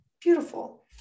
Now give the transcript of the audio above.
beautiful